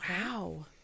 Wow